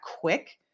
quick